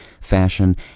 fashion